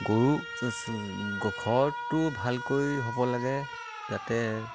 গৰু ঘৰটো ভালকৈ হ'ব লাগে যাতে